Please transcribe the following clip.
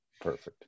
Perfect